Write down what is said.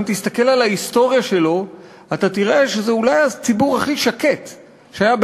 אם תסתכל על ההיסטוריה שלו אתה תראה שזה אולי הציבור הכי שקט שהיה,